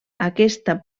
aquesta